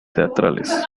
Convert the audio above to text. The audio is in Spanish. teatrales